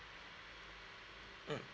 mm